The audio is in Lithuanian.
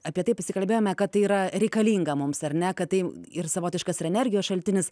apie tai pasikalbėjome kad tai yra reikalinga mums ar ne kad tai ir savotiškas ir energijos šaltinis